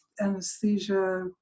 anesthesia